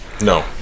No